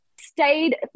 stayed